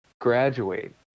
graduate